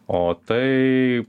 o tai